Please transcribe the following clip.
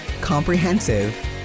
comprehensive